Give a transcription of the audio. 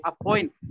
appoint